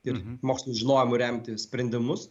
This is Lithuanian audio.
ir moksliniu žinojimu remti sprendimus